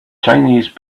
chinese